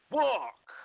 walk